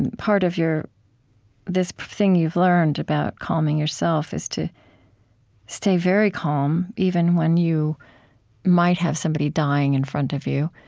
and part of this thing you've learned about calming yourself is to stay very calm even when you might have somebody dying in front of you.